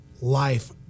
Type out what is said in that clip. life